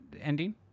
ending